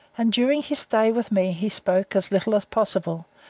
and during his stay with me he spoke as little as possible,